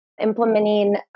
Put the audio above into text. implementing